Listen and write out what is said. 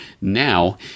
now